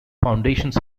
foundations